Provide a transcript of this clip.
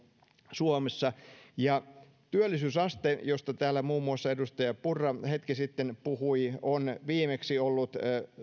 suomessa ja työllisyysaste josta täällä muun muassa edustaja purra hetki sitten puhui on viimeksi ollut